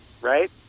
Right